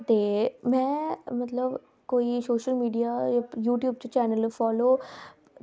ते में मतलब कोई सोशल मीडिया यूट्यूब च फॉलो